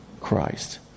Christ